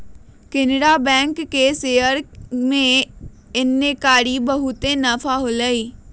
Canara bank के share में एन्नेकारी बहुते नफा होलई